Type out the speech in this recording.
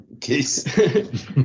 case